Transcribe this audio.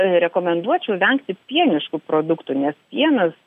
rekomenduočiau vengti pieniškų produktų nes pienas